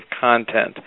content